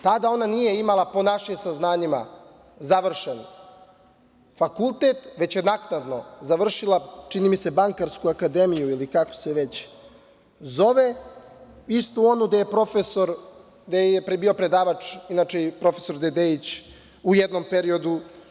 Tada ona nije imala, po našim saznanjima, završen fakultet, već je naknadno završila, čini mi se, Bankarsku akademiju ili kako se već zove, istu onu gde je predavač bio profesor Dedejić u jednom periodu.